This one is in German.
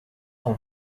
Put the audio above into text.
vom